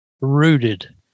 rooted